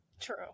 True